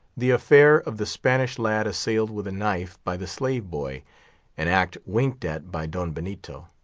the affair of the spanish lad assailed with a knife by the slave boy an act winked at by don benito.